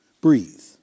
breathe